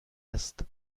است